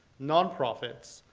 non-profits,